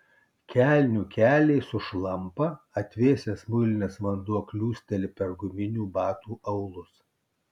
kelnių keliai sušlampa atvėsęs muilinas vanduo kliūsteli per guminių batų aulus